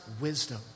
wisdom